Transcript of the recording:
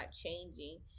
changing